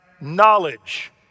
knowledge